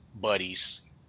buddies